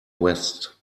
west